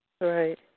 Right